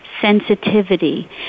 sensitivity